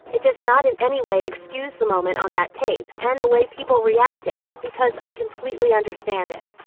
it does not in any way excuse the moment on that tape and the way people reacted because i completely understand it.